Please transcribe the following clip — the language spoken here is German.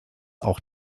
auch